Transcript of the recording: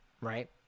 Right